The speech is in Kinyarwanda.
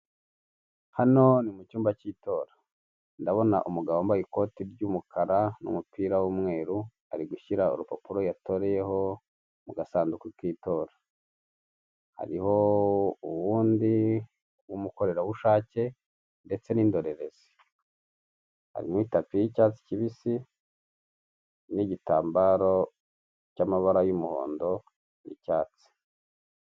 Hano ni mu cyumba cy'itora ndabona umugabo wambaye ikoti ry'mukara, n'umupira w'umweru, ari gushyira urupapuro yatoreyeho mu gasanduku k'itora. Hariho uwundi w'umukorerabushake ndetse n'indorerezi. Harimo itapi y'icyatsi kibisi n'igitambaro cy'amabara y'umuhondo n'icyatsi.